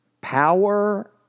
Power